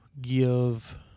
give